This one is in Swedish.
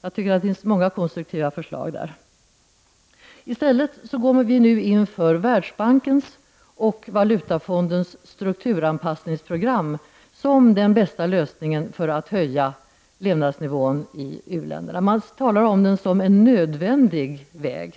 Jag tycker att det finns många konstruktiva förslag där. I stället går vi nu in för Världsbankens och Valutafondens strukturanpassningsprogram som den bästa lösningen för att höja levnadsnivån i u-länderna. Man talar om detta som en nödvändig